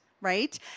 right